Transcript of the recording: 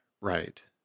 Right